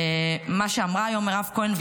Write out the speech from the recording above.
מה שאמרה היום מירב כהן,